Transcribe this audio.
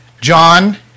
John